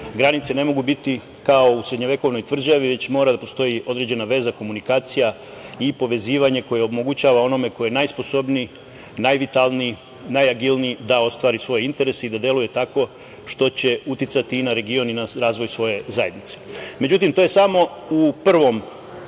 granice ne mogu biti, kao u srednjovekovnoj tvrđavi, već mora da postoji određena veza, komunikacija i povezivanje koje omogućava onome koji je najsposobniji, najvitalniji, najagilniji, da ostvari svoj interes i da deluje tako, što će uticati i na region i na razvoj svoje zajednice.Međutim, to je samo u prvom,